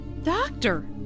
Doctor